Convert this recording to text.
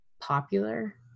popular